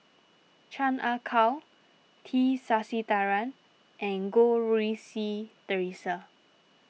Chan Ah Kow T Sasitharan and Goh Rui Si theresa